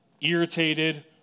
irritated